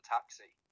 Taxi